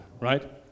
right